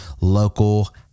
local